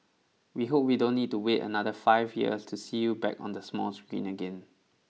we hope we don't need to wait another five years to see you back on the small screen again